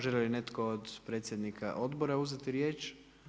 Želi li netko od predsjednika odbora uzeti riječ?